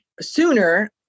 sooner